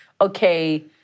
okay